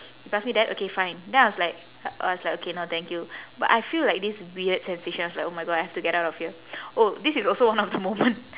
he pass me that okay fine then I was like I was like okay no thank you but I feel like this weird sensation I was like oh my god I have to get out of here oh this is also one of the moment